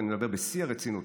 אני מדבר בשיא הרצינות.